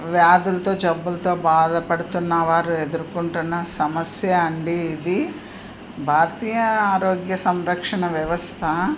వ్యాధులతో జబ్బులతో బాధపడుతున్న వారు ఎదుర్కుంటున్న సమస్య అండి ఇది భారతీయ ఆరోగ్య సంరక్షణ వ్యవస్థ